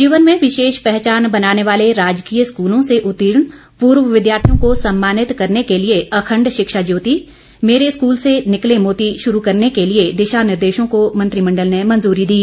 जीवन में विशेष पहचान बनाने वाले राजकीय स्कूलों से उर्तीण पूर्व विद्यार्थियों को सम्मानित करने के लिए अखंड शिक्षा ज्योति मेरे स्कूल से निकले मोती शुरू करने के लिए दिशानिर्देशों को मंत्रिमंडल ने मंजूरी दी